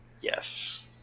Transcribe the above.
Yes